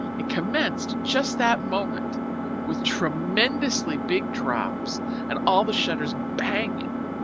it commenced just that moment with tremendously big drops and all the shutters banging.